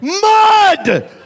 mud